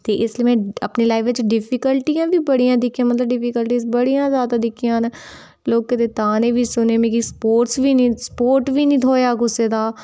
ते इसलेई में अपनी लाइफ बिच्च डिफिकल्टियां बी बड़ियां दिक्खियां मतलब डिफीकल्टीज बड़ियां ज्यादा दिक्खियां न लोके दे ताने बी सुने मिकी स्पोर्ट्स बी निं सपोर्ट बी नेईं थ्होएआ कुसै दा